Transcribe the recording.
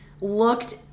looked